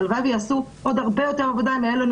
הלוואי ויעשו עוד הרבה יותר עבודה אם היו לנו